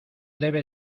debe